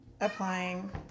applying